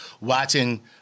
watching